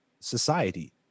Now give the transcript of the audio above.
society